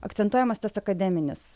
akcentuojamas tas akademinis